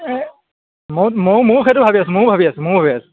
ময়ো ময়ো ময়ো সেইটো ভাবি আছোঁ ময়ো ভাবি আছোঁ ময়ো ভাবি আছোঁ